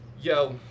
Yo